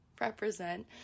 represent